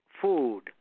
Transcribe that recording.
food